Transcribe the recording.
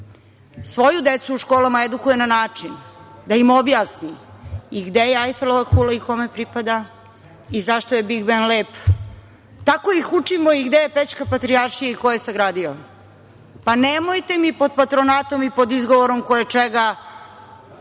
svoju decu u školama edukuje na način da im objasni i gde je Ajfelova kula i kome pripada i zašto je Big Ben lep, tako ih učimo i gde je Pećka Patrijaršija i ko je sagradio. Nemojte mi pod patronatom i pod izgovorom koječega